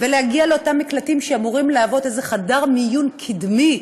ולהגיע לאותם מקלטים שאמורים להוות איזה חדר מיון קדמי,